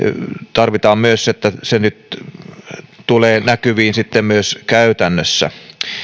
tarvitaan myös sitä että se tulee sitten näkyviin myös käytännössä